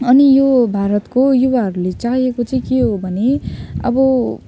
अनि यो भारतको युवाहरूले चाहेको चाहिँ के हो भने अब